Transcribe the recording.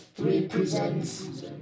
represents